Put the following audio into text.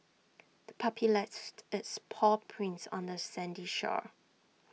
the puppy lefts its paw prints on the sandy shore